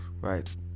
Right